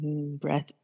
Breath